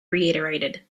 reiterated